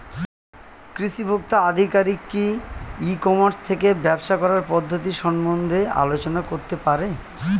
কৃষি ভোক্তা আধিকারিক কি ই কর্মাস থেকে ব্যবসা করার পদ্ধতি সম্বন্ধে আলোচনা করতে পারে?